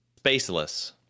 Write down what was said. Spaceless